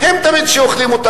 הם תמיד אוכלים אותה.